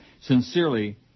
Sincerely